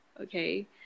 okay